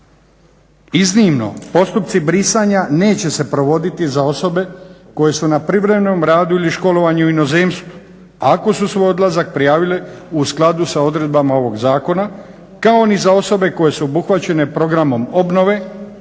Iznimno, postupci brisanja neće se provoditi za osobe koje su na privremenom radu ili školovanju u inozemstvu ako su svoj odlazak prijavile u skladu sa odredbama ovog Zakona kao ni za osobe koje su obuhvaćene programom obnove